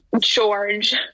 george